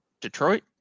Detroit